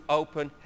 open